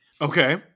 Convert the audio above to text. Okay